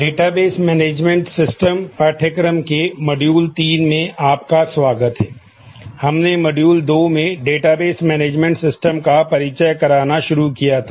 database management system management system का परिचय कराना शुरू किया था